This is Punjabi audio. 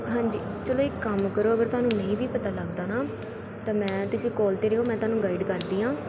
ਹਾਂਜੀ ਚੱਲੋ ਇੱਕ ਕੰਮ ਕਰੋ ਅਗਰ ਤੁਹਾਨੂੰ ਨਹੀਂ ਵੀ ਪਤਾ ਲੱਗਦਾ ਨਾ ਤਾਂ ਮੈਂ ਤੁਸੀਂ ਕੋਲ 'ਤੇ ਰਿਹੋ ਮੈਂ ਤੁਹਾਨੂੰ ਗਾਈਡ ਕਰਦੀ ਹਾਂ